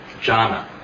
jhana